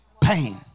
Pain